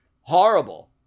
horrible